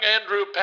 Andrew